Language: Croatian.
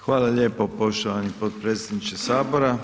Hvala lijepa poštovani potpredsjedniče sabora.